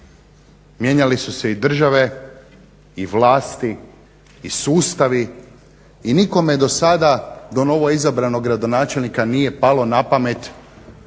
Mijenjale su se i države i vlasti i sustavi i nikome do sada do novoizabranog gradonačelnika nije palo na pamet